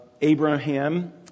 Abraham